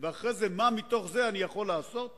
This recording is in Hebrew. ואחרי זה מה מתוך זה אני יכול לעשות ולדרוש.